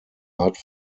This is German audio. art